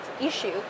issue